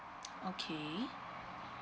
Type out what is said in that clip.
okay